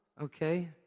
Okay